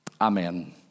Amen